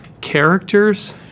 characters